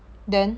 then